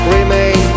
Remain